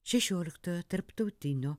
šešioliktojo tarptautinio